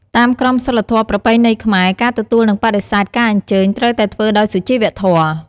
តាមក្រមសីលធម៌ប្រពៃណីខ្មែរ ការទទួលនិងបដិសេធការអញ្ជើញត្រូវតែធ្វើដោយសុជីវធម៌។